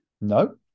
No